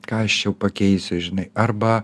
ką aš čia jau pakeisiu žinai arba